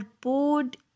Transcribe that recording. poured